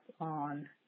on